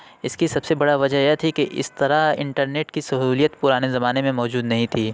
اِس کی سب سے بڑا وجہ یہ تھی کہ اِس طرح انٹرنیٹ کی سہولیت پُرانے زمانے میں موجود نہیں تھی